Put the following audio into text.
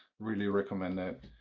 really recommend it.